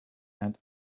and